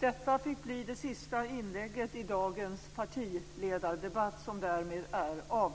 Ärade riksdagsledamöter!